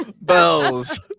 Bells